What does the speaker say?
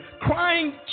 crying